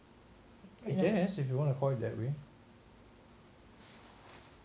I guess if you want to call it that way